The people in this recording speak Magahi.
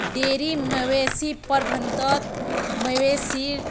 डेरी मवेशी प्रबंधत मवेशीर